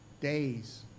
days